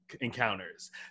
encounters